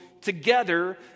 together